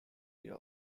area